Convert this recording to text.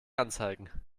anzeigen